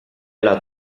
alla